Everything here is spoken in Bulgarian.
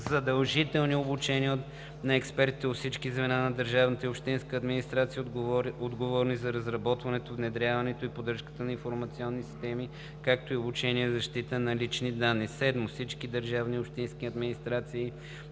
задължителни обучения на експертите от всички звена в държавната и общинската администрация, отговорни за разработването, внедряването и поддръжката на информационни системи, както и обучения за защита на личните данни. 7. Всички държавни и общински администрации